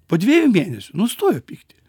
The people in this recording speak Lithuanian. po dviejų mėnesių nustojo pykti